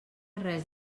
res